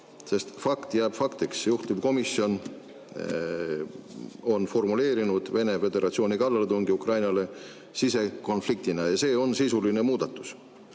Sest fakt jääb faktiks: juhtivkomisjon on formuleerinud Vene Föderatsiooni kallaletungi Ukrainale sisekonfliktina, ja see on sisuline muudatus.